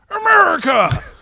America